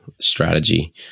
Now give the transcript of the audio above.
strategy